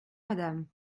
madame